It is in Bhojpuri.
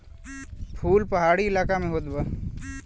फूल पहाड़ी इलाका में होत बा